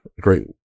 great